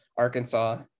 Arkansas